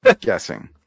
Guessing